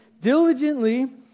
Diligently